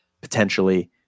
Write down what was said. potentially